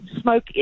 smoke